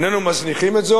איננו מזניחים את זה.